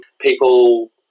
people